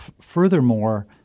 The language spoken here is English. Furthermore